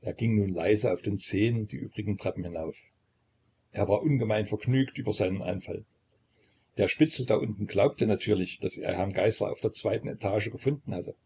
er ging nun leise auf den zehen die übrigen treppen hinauf er war ungemein vergnügt über seinen einfall der spitzel da unten glaubte natürlich daß er herrn geißler auf der zweiten etage gefunden hatte